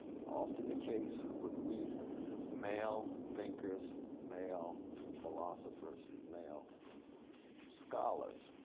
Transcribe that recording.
often the case, when we male thinkers, male philosophers, male scholars.